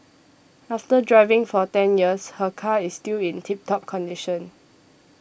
after driving for ten years her car is still in tip top condition